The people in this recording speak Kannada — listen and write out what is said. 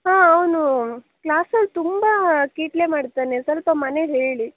ಹಾಂ ಅವನೂ ಕ್ಲಾಸಲ್ಲಿ ತುಂಬ ಕೀಟಲೆ ಮಾಡ್ತಾನೆ ಸ್ವಲ್ಪ ಮನೆಯಲ್ಲಿ ಹೇಳಿ